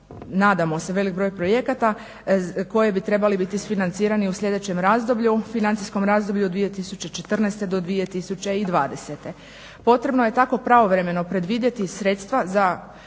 nadamo se velik broj projekata koji bi trebali biti isfinancirani u sljedećem razdoblju, financijskom razdoblju od 2014. do 2020. Potrebno je tako pravovremeno predvidjeti sredstva za